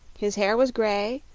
his hair was grey,